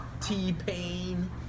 T-Pain